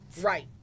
Right